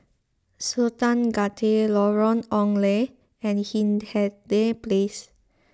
Sultan Gate Lorong Ong Lye and Hindhede Place